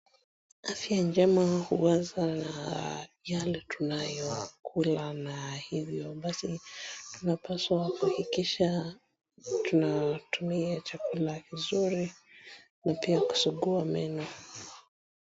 Afya njema huanza na yale tunayoyakula na hivyo basi tumapaswa kuhakikisha tunatumia chakula kizuri pia kusugua meno .